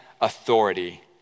authority